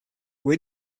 where